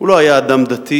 הוא לא היה אדם דתי,